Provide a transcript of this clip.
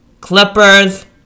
Clippers